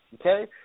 okay